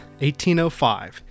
1805